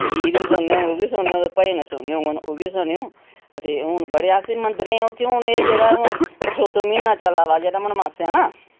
गीत बी सुनने होङन ते सुनेओ ते भजन सुनने होङन ओह् बी सुनेओ ते हून बड़े असें मंदरें हून उत्थै एह् जेह्ड़ा परशोत्तम म्हीना चला दा जेह्ड़ा मनमांसे दा